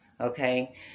Okay